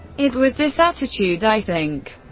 it was this attitude, i think,